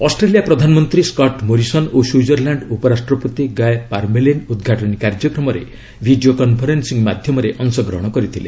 Australia ପ୍ରଧାନମନ୍ତ୍ରୀ Scott Morrison ଓ Switzerland ଉପରାଷ୍ଟ୍ରପତି ଗାଏ ପାର୍ମେଲିନ୍ ଉଦ୍ଘାଟନୀ କାର୍ଯ୍ୟକ୍ରମରେ ଭିଡ଼ିଓ କନ୍ଫରେନ୍ସିଂ ମାଧ୍ୟମରେ ଅଂଶଗ୍ରହଣ କରିଥିଲେ